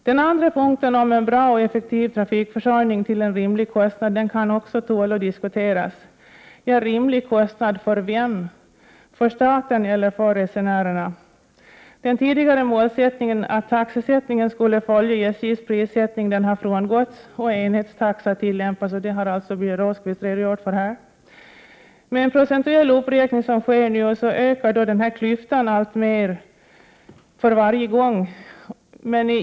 Den andra punkten — om en bra och effektiv trafikförsörjning till en rimlig kostnad — tål också att diskuteras. Ja, rimlig kostnad för vem? För staten eller för resenärerna? Den tidigare principen att taxesättningen skulle följa SJ:s prissättning har frångåtts, och enhetstaxa tillämpas. Detta har Birger Rosqvist redogjort för här. Med en procentuell uppräkning, som sker nu, ökar klyftan alltmer för varje gång.